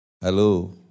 Hello